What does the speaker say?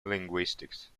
linguistics